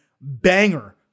banger